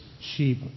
sheep